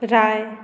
राय